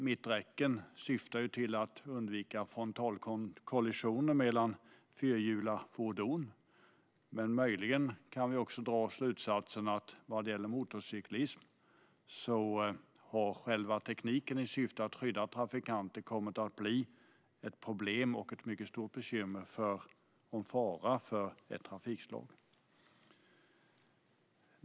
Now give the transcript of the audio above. Mitträcken syftar ju till att undvika frontalkollisioner mellan fyrhjuliga fordon, men möjligen kan vi dra slutsatsen att när det gäller motorcykelkörning har tekniken i syfte att skydda trafikanter kommit att bli ett bekymmer och en fara för detta trafikslag.